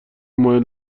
مایل